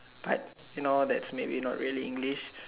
but you know that's maybe not real English